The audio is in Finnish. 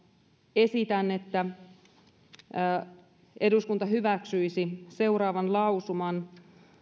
esitän että eduskunta hyväksyisi seuraavan lausuman